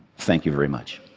thank you very much.